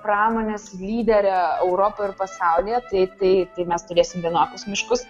pramonės lydere europoj ir pasaulyje tai tai mes turėsim vienokius miškus